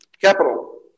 capital